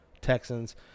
Texans